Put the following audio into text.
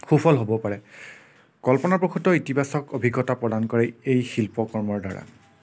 সুফল হ'ব পাৰে কল্পনাপ্ৰসূত ইতিবাচক অভিজ্ঞতা প্ৰদান কৰে এই শিল্পকৰ্মৰ দ্বাৰা